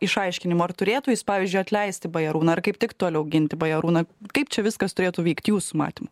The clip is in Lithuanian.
išaiškinimo ar turėtų jis pavyzdžiui atleisti bajarūną ar kaip tik toliau ginti bajarūną kaip čia viskas turėtų vykt jūsų matymu